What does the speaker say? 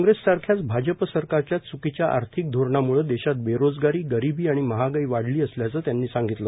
काँग्रेस सारख्याच भाजप सरकारच्या च्कीच्या आर्थिक धोरणांम्ळे देशात बेरोजगारी गरिबी आणि महागाई वाढली असल्याचं त्यांनी सांगितल